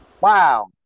Wow